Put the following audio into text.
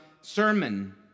sermon